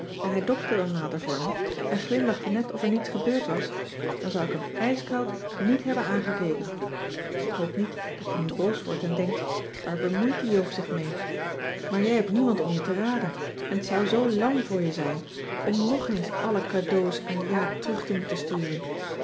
en hij dopte dan later voor me en glimlachte net of er niks gebeurd was dan zou ik hem ijskoud niet hebben aangekeken k hoop niet dat je nu boos wordt en denkt waar bemoeit die joop zich mee maar jij hebt niemand om je te raden en t zou zoo lam voor je zijn om cissy van marxveldt de h b s tijd van joop ter heul nog eens alle cadeaux aan jaap terug te moeten sturen